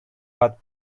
but